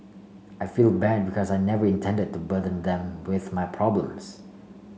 I feel bad because I never intended to burden them with my problems